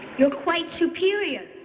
you're quite superior,